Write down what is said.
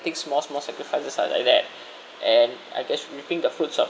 takes small small sacrifices are like that and I guess reaping the fruits of